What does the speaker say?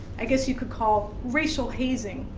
i guess you could call, racial hazing,